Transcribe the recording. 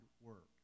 work